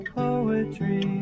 poetry